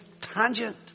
tangent